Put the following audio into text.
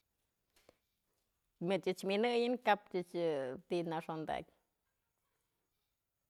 Më ëch mynëyën kap ëch ti'i nëxondakyë.